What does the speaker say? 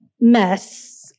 mess